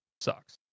Sucks